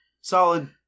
solid